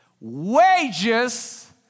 Wages